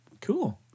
cool